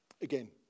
Again